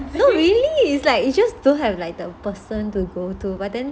no really is like it's just don't have like the person to go too but then